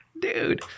Dude